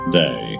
day